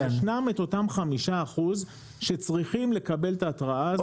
יש את אותם 5 אחוזים שצריכים לקבל את ההתראה הזאת.